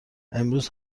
امروز